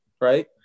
Right